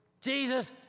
Jesus